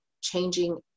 changing